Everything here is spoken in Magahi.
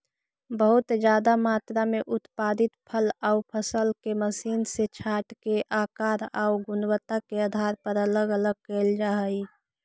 बहुत ज्यादा मात्रा में उत्पादित फल आउ फसल के मशीन से छाँटके आकार आउ गुणवत्ता के आधार पर अलग अलग कैल जा हई